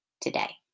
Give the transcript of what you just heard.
today